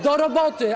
Do roboty.